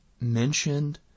mentioned